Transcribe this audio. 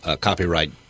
copyright